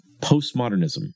postmodernism